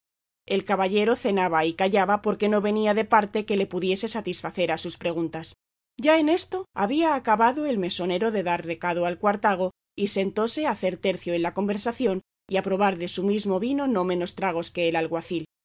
el caballero cenaba y callaba porque no venía de parte que le pudiese satisfacer a sus preguntas ya en esto había acabado el mesonero de dar recado al cuartago y sentóse a hacer tercio en la conversación y a probar de su mismo vino no menos tragos que el alguacil